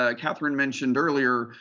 ah catherine mentioned earlier,